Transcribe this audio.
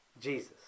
Jesus